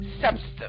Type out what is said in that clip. substance